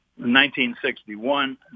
1961